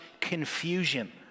confusion